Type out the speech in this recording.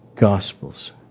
Gospels